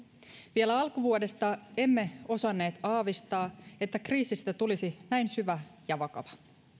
vielä alkuvuodesta emme osanneet aavistaa että kriisistä tulisi näin syvä ja vakava